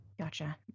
Gotcha